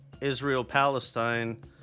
Israel-Palestine